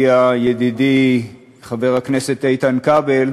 הגיע ידידי חבר הכנסת איתן כבל,